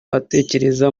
atekereza